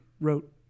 wrote